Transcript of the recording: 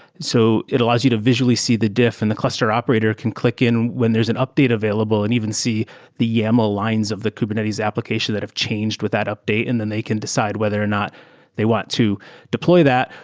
so it allows you to visually see the diff and the cluster operator can click in when there's an update available and even see the yaml lines of the kubernetes application that have changed with that update and then they can decide whether or not they want to deploy that,